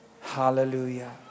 Hallelujah